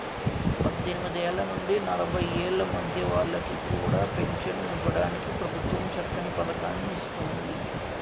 పద్దెనిమిదేళ్ల నుండి నలభై ఏళ్ల మధ్య వాళ్ళకి కూడా పెంచను ఇవ్వడానికి ప్రభుత్వం చక్కని పదకాన్ని ఇస్తోంది